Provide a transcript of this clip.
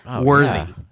worthy